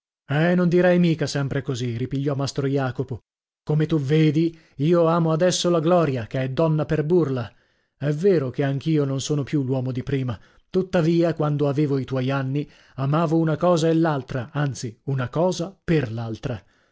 eh non dirai mica sempre così ripigliò mastro jacopo come tu mi vedi io amo adesso la gloria che è donna per burla è vero che anch'io non sono più l'uomo di prima tuttavia quando aveva i tuoi anni amavo una cosa e l'altra anzi una cosa per l'altra